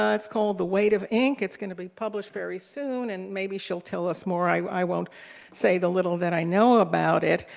it's called the weight of ink, it's gonna be published very soon, and maybe she'll tell us more, i won't say the little that i know about it,